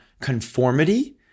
conformity